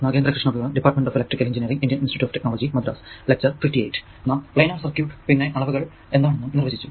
നാം planar circuit പിന്നെ അളവുകൾ എന്താണെന്നും നിർവചിച്ചു